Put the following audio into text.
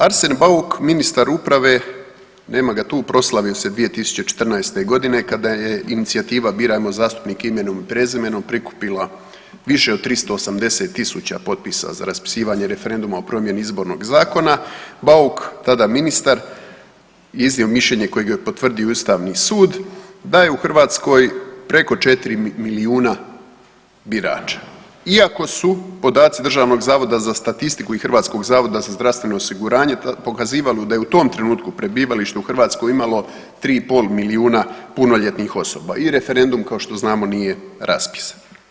Arsen Bauk, ministar uprave, nema ga tu, proslavio se 2014. godine kada je inicijativa „Birajmo zastupnike imenom i prezimenom“ prikupila više od 380.000 potpisa za raspisivanje referenduma o promjeni izbornog zakona, Bauk tada ministar je iznio mišljenje kojega je potvrdio i Ustavni sud da je u Hrvatskoj preko 4 milijuna birača iako su podaci Državnog zavoda za statistiku i Hrvatskog zavoda za zdravstveno osiguranje pokazivali da je u tom trenutku prebivalište u Hrvatskoj imalo 3,5 milijuna punoljetnih osoba i referendum kao što znamo nije raspisan.